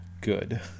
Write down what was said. good